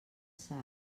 sal